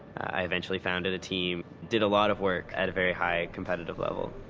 i eventually founded a team, did a lot of work at a very high competitive level.